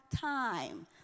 time